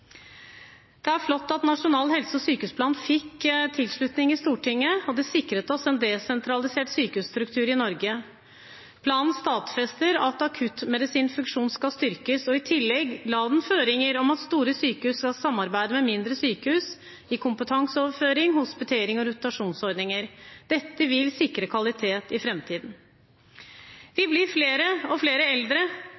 Det er flott at Nasjonal helse- og sykehusplan fikk tilslutning i Stortinget. Det sikret oss en desentralisert sykehusstruktur i Norge. Planen stadfester at akuttmedisinsk funksjon skal styrkes, og i tillegg la den føringer om at store sykehus skal samarbeide med mindre sykehus når det gjelder kompetanseoverføring, hospitering og rotasjonsordninger. Dette vil sikre kvalitet i framtiden. Vi